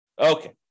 Okay